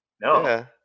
No